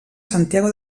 santiago